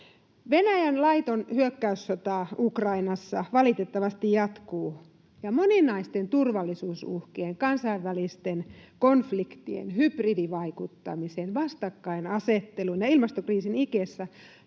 Venäjän laiton hyökkäyssota Ukrainassa valitettavasti jatkuu, ja moninaisten turvallisuusuhkien, kansainvälisten konfliktien, hybridivaikuttamisen, vastakkainasettelun ja ilmastokriisin ikeessä